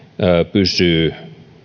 pysyy